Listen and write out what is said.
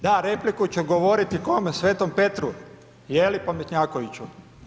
Da repliku ću govoriti kome, Svetom Petru je li pametnjakoviću?